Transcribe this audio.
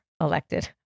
elected